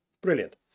Brilliant